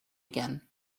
again